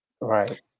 Right